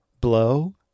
blow